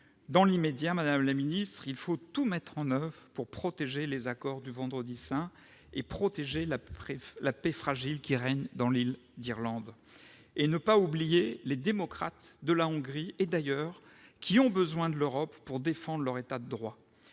Dans l'immédiat, il faut tout mettre en oeuvre pour protéger les accords du Vendredi saint et protéger la paix fragile qui règne dans l'île d'Irlande et ne pas oublier les démocrates de la Hongrie et d'ailleurs, qui ont besoin de l'Europe pour défendre leur État de droit.